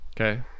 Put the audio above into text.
Okay